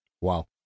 Wow